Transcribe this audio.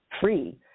free